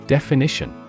Definition